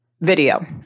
video